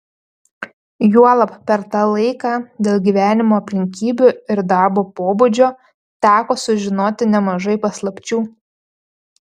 juolab per tą laiką dėl gyvenimo aplinkybių ir darbo pobūdžio teko sužinoti nemažai paslapčių